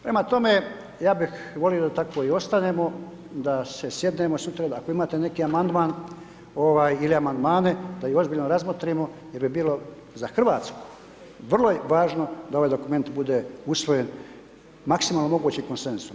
Prema tome, ja bih volio da tako i ostanemo, da se sjednemo sutra da ako imate neki amandman ili amandmane da ih ozbiljno razmotrimo jer bi bilo za Hrvatsku vrlo važno da ovaj dokument bude usvojen maksimalno mogućim konsenzusom.